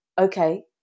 okay